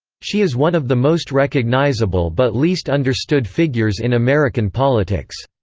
she is one of the most recognizable but least understood figures in american politics.